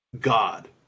God